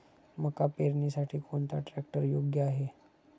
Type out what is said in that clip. मका पेरणीसाठी कोणता ट्रॅक्टर योग्य आहे?